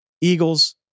Eagles